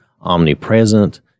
omnipresent